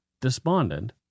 Despondent